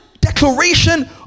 declaration